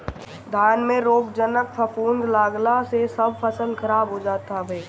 धान में रोगजनक फफूंद लागला से सब फसल खराब हो जात हवे